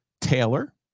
Taylor